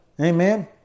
Amen